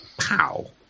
pow